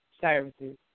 services